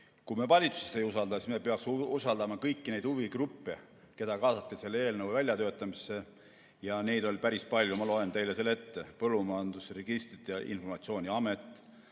Kui me valitsust ei usalda, siis me peaksime usaldama kõiki neid huvigruppe, keda kaasati selle eelnõu väljatöötamisse. Ja neid oli päris palju. Ma loen teile ette: Põllumajanduse Registrite ja Informatsiooni Amet,